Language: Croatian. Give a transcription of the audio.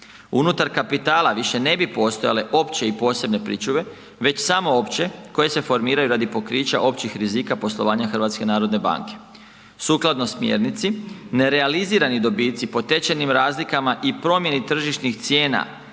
Unutar kapitala više ne bi postojale opće i posebne pričuve već samo opće koje se formiraju radi pokrića općih rizika poslovanja HNB-a. sukladno smjernici, nerealizirani dobici po tečajnim razlikama i promjeni tržišnih cijena,